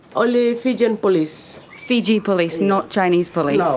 only fiji and police. fiji police, not chinese police? no.